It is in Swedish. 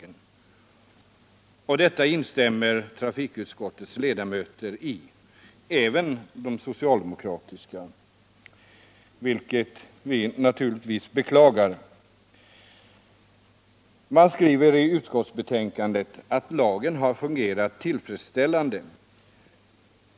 Denna tanke instämmer trafikutskottets ledamöter — även de socialdemokratiska — i, vilket vi naturligtvis beklagar. Man skriver i utskottsbetänkandet att lagen har fungerat tillfredsställande.